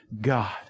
God